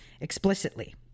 explicitly